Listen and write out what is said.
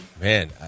Man